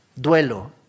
Duelo